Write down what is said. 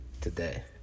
today